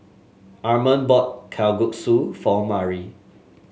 Armond bought Kalguksu for Mari